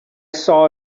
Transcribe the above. saw